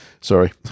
Sorry